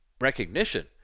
recognition